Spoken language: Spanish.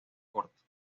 cortos